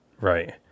right